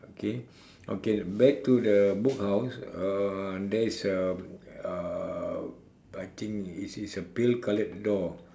okay okay back to the book house uh there is a uh I think is is a pale coloured door